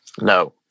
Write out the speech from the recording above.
No